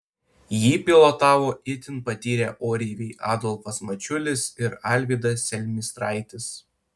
jį pilotavo itin patyrę oreiviai adolfas mačiulis ir alvydas selmistraitis